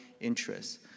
interests